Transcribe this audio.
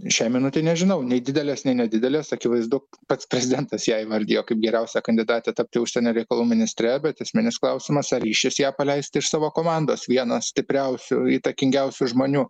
šią minutę nežinau nei didelės nei nedidelės akivaizdu pats prezidentas ją įvardijo kaip geriausią kandidatę tapti užsienio reikalų ministre bet esminis klausimas ar ryšis ją paleist iš savo komandos vieną stipriausių įtakingiausių žmonių